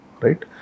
right